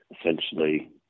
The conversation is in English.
essentially